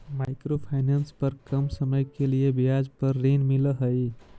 micro finance पर कम समय के लिए ब्याज पर ऋण मिलऽ हई